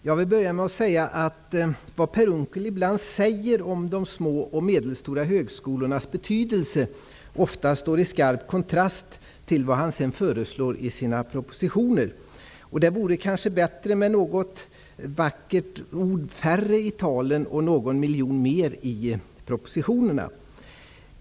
Herr talman! Vad Per Unckel ibland säger om de små och medelstora högskolornas betydelse står ofta i skarp kontrast till vad han sedan föreslår i sina propositioner. Det vore kanske bättre med färre vackra ord i talen men att ge något mer i propositionerna.